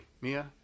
Mia